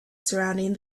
surrounding